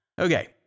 Okay